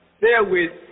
Therewith